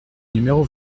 numéro